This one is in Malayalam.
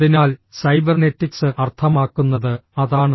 അതിനാൽ സൈബർനെറ്റിക്സ് അർത്ഥമാക്കുന്നത് അതാണ്